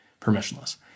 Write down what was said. permissionless